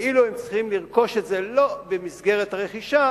ואם הם צריכים לרכוש את זה לא במסגרת הרכישה,